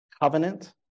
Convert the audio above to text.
Covenant